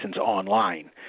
online